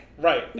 Right